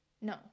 No